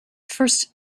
first